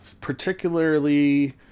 particularly